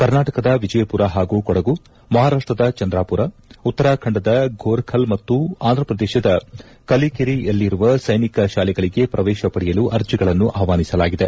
ಕರ್ನಾಟಕದ ವಿಜಯಪುರ ಹಾಗೂ ಕೊಡಗು ಮಹಾರಾಷ್ಟದ ಚಂದ್ರಾಪುರ ಉತ್ತರಾಖಂಡದ ಫೋರಖಲ್ ಮತ್ತು ಆಂಧ್ರಪ್ರದೇಶದ ಕಲಿಕಿರಿಯಲ್ಲಿರುವ ಸೈನಿಕ ಶಾಲೆಗಳಿಗೆ ಪ್ರವೇಶ ಪಡೆಯಲು ಅರ್ಜಿಗಳನ್ನು ಆಹ್ವಾನಿಸಲಾಗಿದೆ